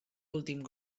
últim